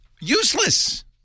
useless